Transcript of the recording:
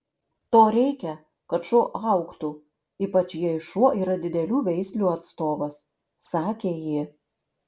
to reikia kad šuo augtų ypač jei šuo yra didelių veislių atstovas sakė ji